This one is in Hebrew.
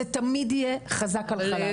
זה תמיד יהיה חזק על החלש.